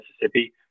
Mississippi